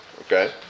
Okay